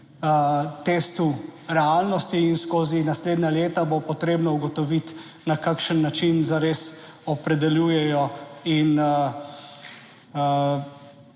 testu realnosti in skozi naslednja leta bo potrebno ugotoviti, na kakšen način zares opredeljujejo in